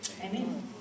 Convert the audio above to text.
Amen